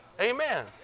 Amen